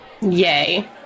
Yay